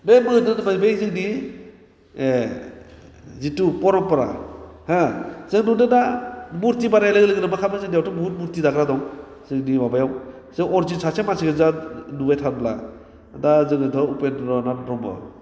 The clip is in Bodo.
बे मोन बे जोंनि एह जिथु परमपरा हा जों नुदों दा मुरथि बानायनाय लोगो लोगोनो मा खालामो जोंनियावथ बुहुथ मुरथि दाग्रा दं जोंनि माबायाव जों सासे मानसिखौ जोंहा नुबाय थाब्ला दा जोङोथ' उपेन्द्र नाथ ब्रह्म